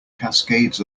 cascades